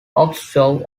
offshore